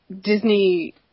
Disney